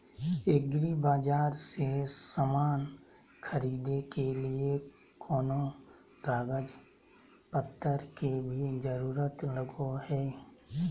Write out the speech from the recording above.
एग्रीबाजार से समान खरीदे के लिए कोनो कागज पतर के भी जरूरत लगो है?